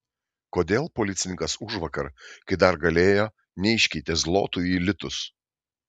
kodėl policininkas užvakar kai dar galėjo neiškeitė zlotų į litus